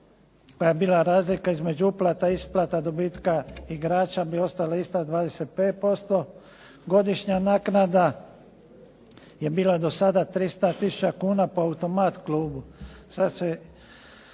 koja bi bila razlika između uplata i isplata dobitka igrača bi ostala ista 25%. Godišnja naknada je bila do sada 300000 kuna po automat klubu.